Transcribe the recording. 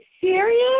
serious